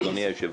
אדוני היושב-ראש,